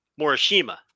Morishima